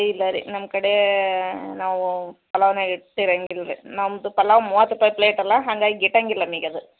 ಇಲ್ಲ ರೀ ನಮ್ಮ ಕಡೆ ನಾವು ಪಲಾವ್ ರೀ ನಮ್ದು ಪಲಾವ್ ಮೂವತ್ತು ರೂಪಾಯಿ ಪ್ಲೇಟ್ ಅಲ್ಲ ಹಂಗಾಗಿ ಗಿಟ್ಟೊಂಗಿಲ್ಲ ನಮ್ಗೆ ಅದು